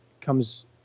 comes